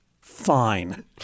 Fine